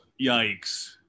Yikes